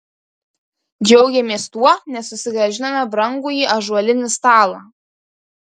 džiaugėmės tuo nes susigrąžinome brangųjį ąžuolinį stalą